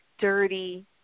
dirty